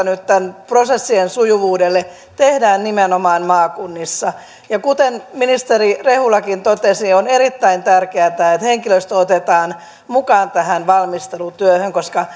nyt tälle prosessien sujuvuudelle tehdään nimenomaan maakunnissa kuten ministeri rehulakin totesi on erittäin tärkeätä että henkilöstö otetaan mukaan tähän valmistelutyöhön koska